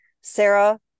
Sarah